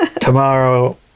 Tomorrow